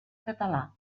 català